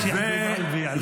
עלש, יא חובלבי, עלש.